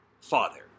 Father